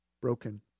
broken